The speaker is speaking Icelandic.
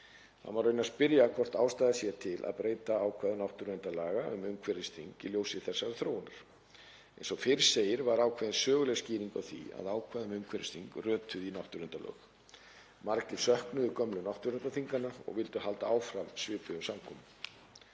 Það má raunar spyrja hvort ástæða sé til að breyta ákvæðum náttúruverndarlaga um umhverfisþing í ljósi þessarar þróunar. Eins og fyrr segir var ákveðin söguleg skýring á því að ákvæði um umhverfisþing rötuðu í náttúruverndarlög: Margir söknuðu gömlu náttúruverndarþinganna og vildu halda áfram svipuðum samkomum.